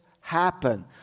happen